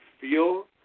feel